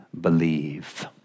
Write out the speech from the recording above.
believe